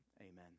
Amen